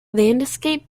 landscape